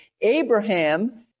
Abraham